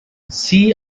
see